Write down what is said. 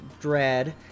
Dread